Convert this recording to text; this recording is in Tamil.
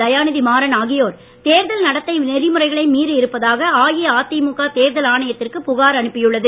தயாநிதிமாறன் ஆகியோர் தேர்தல் நடத்தை நெறிமுறைகளை மீறி இருப்பதாக அஇஅதிமுக தேர்தல் ஆணையத்திற்கு புகார் அனுப்பியுள்ளது